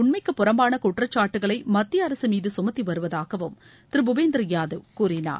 உண்மைக்கு புறம்பான குற்றச்சாட்டுகளை மத்திய அரசு மீது சுமத்தி வருவதாகவும் திரு யாதவ் கூறினார்